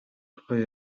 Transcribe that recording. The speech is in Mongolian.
тухай